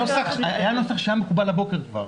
שהיה מקובל הבוקר כבר.